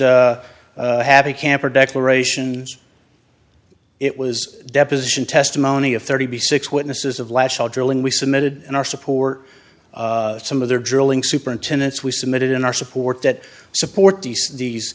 just happy camper declarations it was deposition testimony of thirty six witnesses of last all drilling we submitted and our support some of their drilling superintendents we submitted in our support that support d c these